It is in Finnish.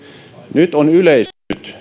nyt ovat yleistyneet